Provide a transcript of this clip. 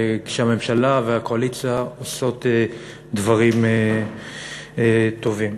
כשהממשלה והקואליציה עושות דברים טובים.